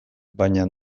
baina